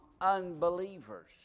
unbelievers